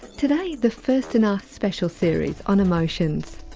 today, the first in our special series on emotions.